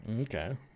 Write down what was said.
Okay